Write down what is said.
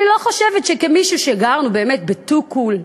אני לא חושבת שכמי שגר בטוקול,